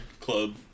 club